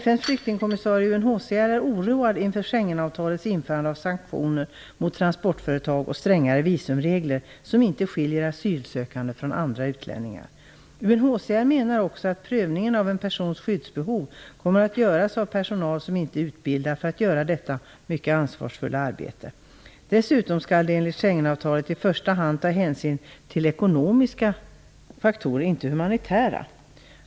FN:s flyktingkommissarie, UNHCR, är oroad inför Schengenavtalets införande av sanktioner mot transportföretag och strängare visumregler, som inte skiljer asylsökande från andra utlänningar. UNHCR menar också att prövningen av en persons skyddsbehov kommer att göras av personal som inte är utbildad för att göra detta mycket ansvarsfulla arbete. Dessutom skall de enligt Schengenavtalet i första hand ta hänsyn till ekonomiska faktorer, inte humanitära.